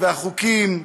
והחוקים,